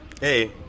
Hey